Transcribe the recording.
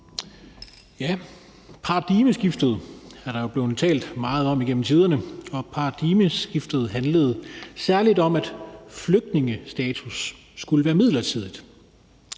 Paradigmeskiftet er der jo blevet talt meget om igennem tiderne, og paradigmeskiftet handlede særlig om, at en flygtningestatus skulle være midlertidig.